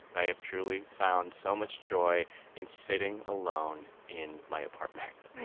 i have truly found so much joy in sitting alone in my apartment.